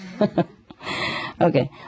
Okay